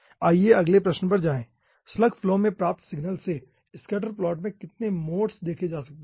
आइए अगले प्रश्न पर जाएं स्लग फ्लो में प्राप्त सिग्नल से स्कैटर प्लॉट में कितने मोड्स देखे जा सकते हैं